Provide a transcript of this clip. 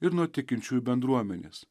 ir nuo tikinčiųjų bendruomenės